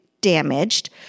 damaged